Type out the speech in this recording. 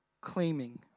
claiming